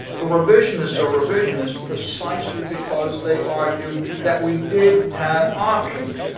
the revisionists are revisionists precisely because they argue that we did have options.